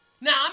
Now